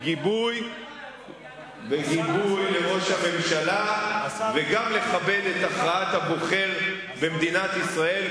בגיבוי לראש הממשלה וגם לכבד את הכרעת הבוחר במדינת ישראל,